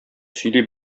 сөйли